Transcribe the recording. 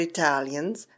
Italians